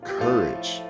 courage